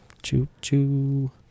Choo-choo